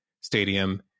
stadium